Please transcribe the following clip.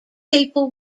people